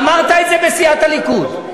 אמרת את זה בסיעת הליכוד,